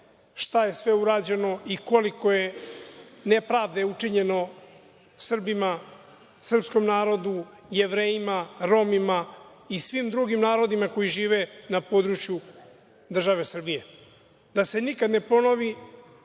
šta je sve urađeno i koliko je nepravde učinjeno Srbima, srpskom narodu, Jevrejima, Romima i svim drugim narodnima koji žive na području države Srbije. Da se nikad ne ponovi,